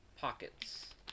pockets